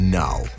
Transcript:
now